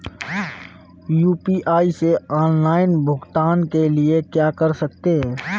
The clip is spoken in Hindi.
यू.पी.आई से ऑफलाइन भुगतान के लिए क्या कर सकते हैं?